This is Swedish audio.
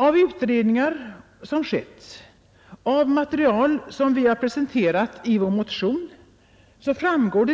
Av utredningar som skett, av material som vi har presenterat i vår motion framgår